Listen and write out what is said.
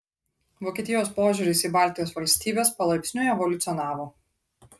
vokietijos požiūris į baltijos valstybes palaipsniui evoliucionavo